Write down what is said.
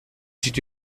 did